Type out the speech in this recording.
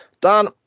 Dan